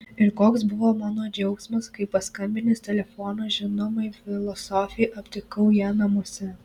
ir koks buvo mano džiaugsmas kai paskambinęs telefonu žinomai filosofei aptikau ją namuose